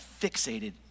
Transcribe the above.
fixated